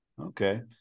Okay